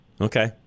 Okay